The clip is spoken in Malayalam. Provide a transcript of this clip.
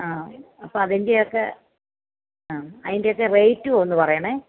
ആ അപ്പം അതിൻ്റെയൊക്കെ ആ അതിൻ്റെയൊക്കെ റെയിറ്റും ഒന്ന് പറയണേ